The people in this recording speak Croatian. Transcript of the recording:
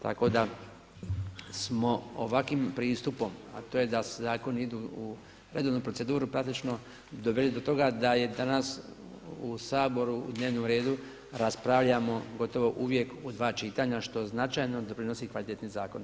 Tako da smo ovakvim pristupom a to je da zakoni idu u redovnu proceduru praktično doveli do toga da je danas u Saboru u dnevnom redu raspravljamo gotovo uvijek u dva čitanja što značajno doprinosi kvaliteti zakona.